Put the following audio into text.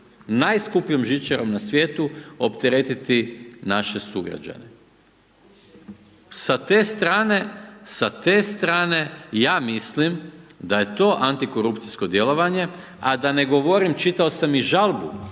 najskupljom žičarom na svijetu opteretiti naše sugrađane. Sa te strane, ja mislim da je to antikorupcijsko djelovanje, a da ne govorim, čitao sam i žalbu,